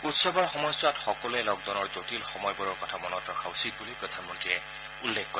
উৎসৱৰ সময়ছোৱাত সকলোৱে লকডাউনৰ জটিল সময়বোৰ মনত ৰখা উচিত বুলি প্ৰধানমন্ত্ৰীয়ে উল্লেখ কৰে